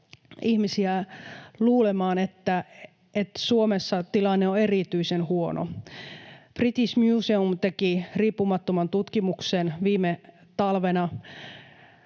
ihmisiä luulemaan, että Suomessa tilanne on erityisen huono. British Museum teki riippumattoman tutkimuksen viime talvena